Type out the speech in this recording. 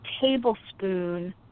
tablespoon